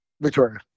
Victoria